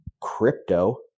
crypto